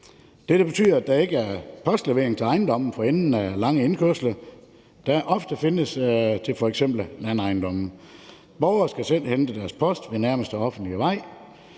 Dette betyder, at der ikke er postlevering til ejendomme for enden af lange indkørsler, der ofte findes til f.eks. landejendomme. Borgere skal selv hente deres post ved den nærmeste offentlige vej.